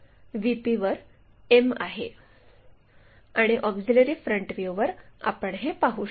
VP वर m आहे आणि ऑक्झिलिअरी फ्रंट व्ह्यूवर आपण हे पाहु शकतो